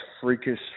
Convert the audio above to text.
freakish